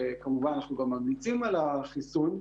וכמובן, אנחנו גם ממליצים על החיסון.